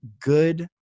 good